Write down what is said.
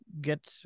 get